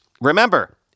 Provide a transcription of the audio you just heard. Remember